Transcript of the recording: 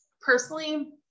personally